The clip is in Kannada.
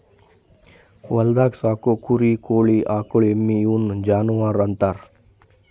ಹೊಲ್ದಾಗ್ ಸಾಕೋ ಕುರಿ ಕೋಳಿ ಆಕುಳ್ ಎಮ್ಮಿ ಇವುನ್ ಜಾನುವರ್ ಅಂತಾರ್